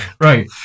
Right